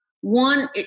one